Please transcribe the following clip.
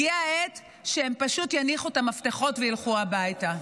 הגיעה העת שהם פשוט יניחו את המפתחות וילכו הביתה.